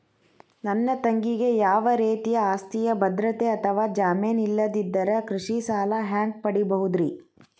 ನನ್ನ ತಂಗಿಗೆ ಯಾವ ರೇತಿಯ ಆಸ್ತಿಯ ಭದ್ರತೆ ಅಥವಾ ಜಾಮೇನ್ ಇಲ್ಲದಿದ್ದರ ಕೃಷಿ ಸಾಲಾ ಹ್ಯಾಂಗ್ ಪಡಿಬಹುದ್ರಿ?